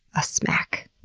a smack.